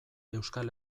euskal